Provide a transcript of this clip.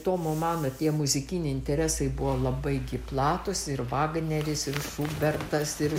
tomo mano tie muzikiniai interesai buvo labai platūs ir vagneris ir šubertas ir